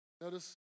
Notice